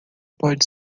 pode